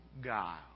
guile